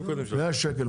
100 שקל,